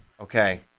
Okay